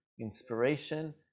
inspiration